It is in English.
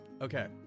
Okay